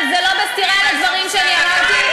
אבל זה לא בסתירה לדברים שאני אמרתי.